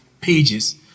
pages